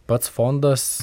pats fondas